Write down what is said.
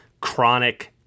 Chronic